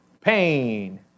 pain